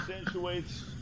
accentuates